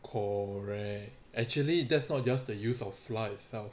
correct actually that's not just the use of flour itself